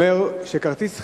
הצעת החוק אומרת שכרטיס חיוב,